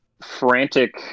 frantic